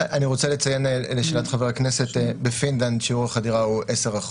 אני רוצה לציין לשאלת חבר הכנסת שבפינלנד שיעור החדירה הוא 10%,